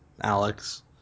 Alex